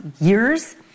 years